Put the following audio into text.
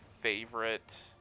favorite